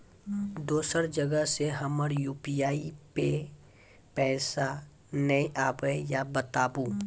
दोसर जगह से हमर यु.पी.आई पे पैसा नैय आबे या बताबू?